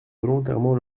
volontairement